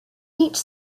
each